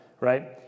right